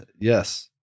yes